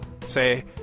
Say